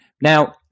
Now